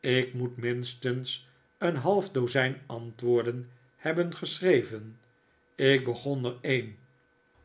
ik moet minstens een half dozijn antwoorden hebben geschreven ik begon er een